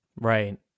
Right